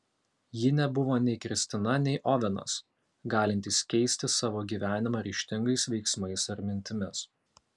ji nebuvo nei kristina nei ovenas galintys keisti savo gyvenimą ryžtingais veiksmais ar mintimis